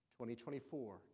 2024